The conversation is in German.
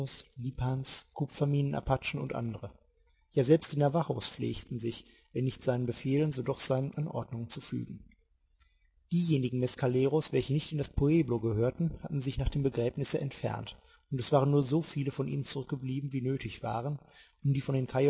lipans kupferminenapachen und andere ja selbst die navajos pflegten sich wenn nicht seinen befehlen so doch seinen anordnungen zu fügen diejenigen mescaleros welche nicht in das pueblo gehörten hatten sich nach dem begräbnisse entfernt und es waren nur so viele von ihnen zurückgeblieben wie nötig waren um die von den